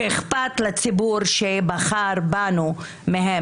שאכפת לציבור שבחר בנו,